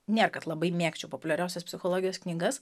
nėr kad labai mėgčiau populiariosios psichologijos knygas